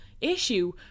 issue